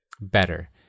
better